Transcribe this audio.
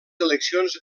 eleccions